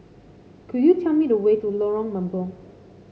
could you tell me the way to Lorong Mambong